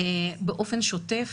באופן שוטף